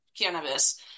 cannabis